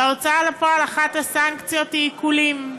בהוצאה לפועל אחת הסנקציות היא עיקולים,